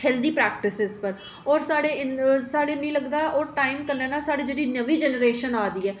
healthy प्रैक्टिसें पर साढ़े साढ़े मिगी लगदा टाइम कन्नै ना साढ़े जेह्ड़ी नमीं जनरेशन आवै दी ऐ